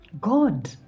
God